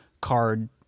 card